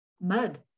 mud